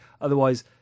otherwise